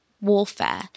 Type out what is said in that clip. warfare